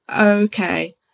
okay